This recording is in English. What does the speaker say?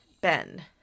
ben